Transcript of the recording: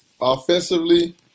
Offensively